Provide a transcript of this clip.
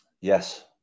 Yes